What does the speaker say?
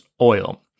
oil